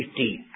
15